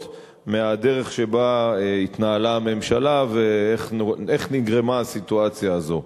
מהדרך שבה התנהלה הממשלה ואיך נגרמה הסיטואציה הזאת.